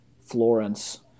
Florence